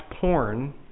porn